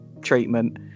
treatment